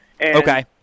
Okay